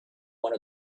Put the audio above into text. one